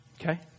okay